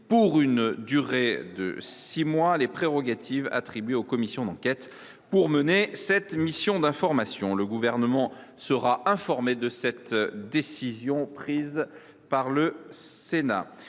pour une durée de six mois, les prérogatives attribuées aux commissions d’enquête pour mener cette mission d’information. Le Gouvernement sera informé de la décision qui vient